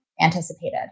anticipated